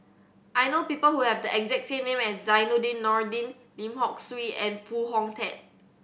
I know people who have the exact name as Zainudin Nordin Lim Hock Siew and Foo Hong Tatt